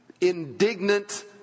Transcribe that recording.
indignant